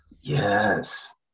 Yes